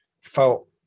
felt